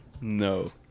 No